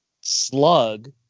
slug